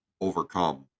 overcome